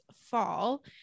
fall